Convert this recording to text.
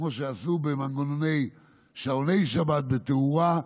כמו שעשו במנגנוני שעוני שבת בתאורה.